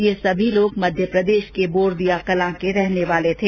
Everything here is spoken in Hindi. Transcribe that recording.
ये लोग मध्यप्रदेश के बोरदिया कलां के रहने वाले थे